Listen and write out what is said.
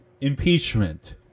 impeachment